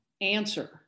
answer